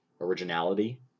originality